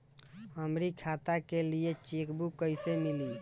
हमरी खाता के लिए चेकबुक कईसे मिली?